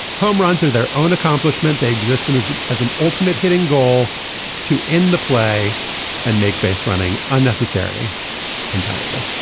home runs are their own accomplishment. they existed as and as an ultimate hitting goal to end the play and make base running unnecessary entirely.